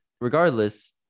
regardless